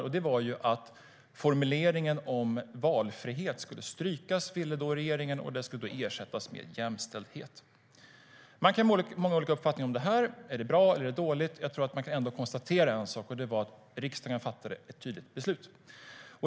Det var att regeringen ville att formuleringen om valfrihet skulle strykas, och det skulle ersättas med jämställdhet. Man kan ha många olika uppfattningar om det här - är det bra eller dåligt? Jag tror ändå att man kan konstatera en sak, och det är att riksdagen fattade ett tydligt beslut.